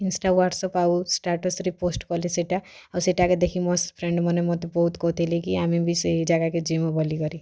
insta WhatsApp ଆଉ ଷ୍ଟାଟସ୍ରେ post କଲି ସେଟା ଆଉ ସେଟା ଏକା ଦେଖି ମୋ ଫ୍ରେଣ୍ଡ୍ମାନେ ମୋତେ ବହୁତ କହୁଥିଲେ କି ଆମେ ବି ସେଇ ଜାଗାକୁ ଯିମି ବୋଲିକରି